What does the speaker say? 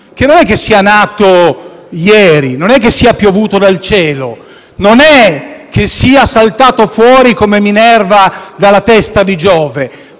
che non è che sia nato ieri, che sia piovuto dal cielo o che sia saltato fuori come Minerva dalla testa di Giove;